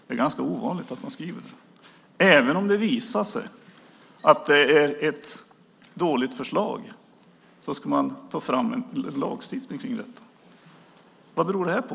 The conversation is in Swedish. Det är ganska ovanligt att skriva så. Även om det visar sig vara ett dåligt förslag ska man alltså ta fram en lagstiftning om detta. Vad beror det på?